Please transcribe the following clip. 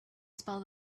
spell